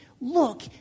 look